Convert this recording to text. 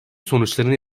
sonuçlarını